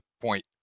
point